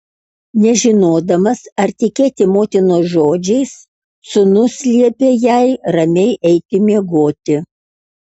nežinodamas ar tikėti motinos žodžiais sūnus liepė jai ramiai eiti miegoti